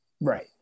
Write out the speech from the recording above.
Right